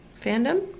fandom